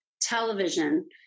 Television